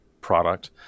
product